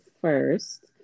first